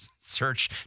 search